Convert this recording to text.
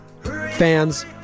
Fans